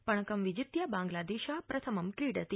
पणकं विजित्य बांग्लादेश प्रथमं क्रीडति